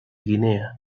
guinea